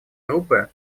группы